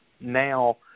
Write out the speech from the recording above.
now